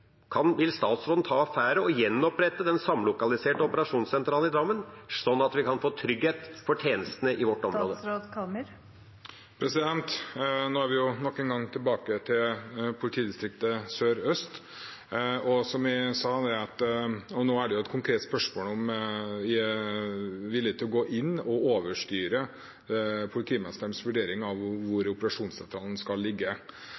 Vil statsråden ta affære og gjenopprette den samlokaliserte operasjonssentralen i Drammen, sånn at vi kan få trygghet for tjenestene i vårt område? Nå er vi nok en gang tilbake til politidistriktet Sør-Øst. Nå er det et konkret spørsmål om jeg er villig til å gå inn og overstyre politimesterens vurdering av hvor operasjonssentralen skal ligge.